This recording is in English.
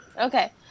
Okay